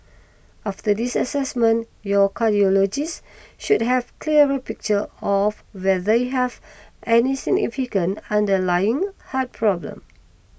after this assessment your cardiologist should have clearer picture of whether you have any significant underlying heart problem